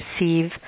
receive